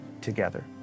together